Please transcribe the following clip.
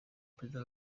perezida